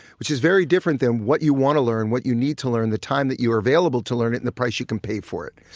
which is very different than what you want to learn, what you need to learn, the time that you are available to learn it and the price you can pay for it.